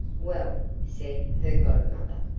well, said her godmother,